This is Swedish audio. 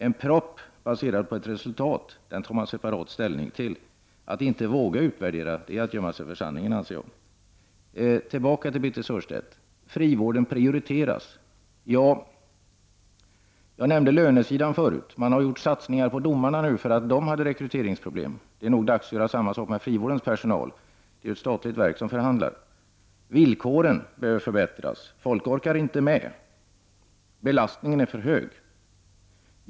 En proposi tion baserad på ett resultat tar man separat ställning till. Att inte våga utvärdera är att gömma sig för sanningen. Birthe Sörestedt säger att frivården prioriteras. Jag nämnde förut lönesidan, där man har gjort satsningar på domarna på grund av rekryteringsproblem. Det är nog dags att göra samma sak för frivårdens personal. Det är ju ett statligt verk som förhandlar. Villkoren behöver förbättras, då belastningen är för hög och folk inte orkar med.